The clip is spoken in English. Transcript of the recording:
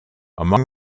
among